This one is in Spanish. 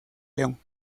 leon